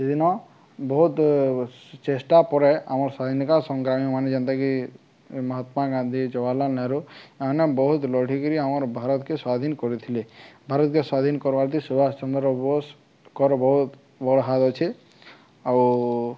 ସେଦିନ ବହୁତ ଚେଷ୍ଟା ପରେ ଆମର୍ ସ୍ୱାଧୀନିକ ସଂଗ୍ରାମୀ ମାନେ ଯେନ୍ତାକି ମହାତ୍ମା ଗାନ୍ଧୀ ଜବାହାରଲାଲ୍ ନେହେରୁ ଏମାନେ ବହୁତ ଲଢ଼ିକିରି ଆମର ଭାରତକେ ସ୍ଵାଧୀନ କରିଥିଲେ ଭାରତକେ ସ୍ଵାଧୀନ କର୍ବାର୍ତି ସୁଭାଷ ଚନ୍ଦ୍ର ବୋଷଙ୍କର ବହୁତ ବଡ଼ ହାତ ଅଛେ ଆଉ